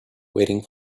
waiting